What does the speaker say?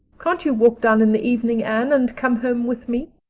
can't you walk down in the evening, anne, and come home with me?